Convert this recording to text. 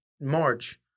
March